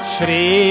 Shri